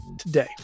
today